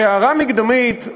כהערה מקדמית,